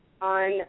on